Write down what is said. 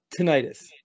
tinnitus